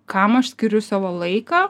kam aš skiriu savo laiką